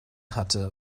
hatte